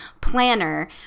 planner